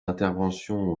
interventions